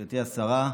גברתי השרה,